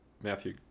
matthew